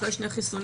אחרי שני חיסונים,